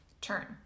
turn